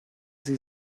sie